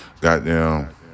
goddamn